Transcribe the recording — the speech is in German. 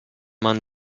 man